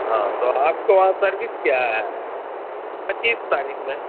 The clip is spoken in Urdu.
ہاں تو آپ کے وہاں سروس کیا ہے پچیس تاریخ میں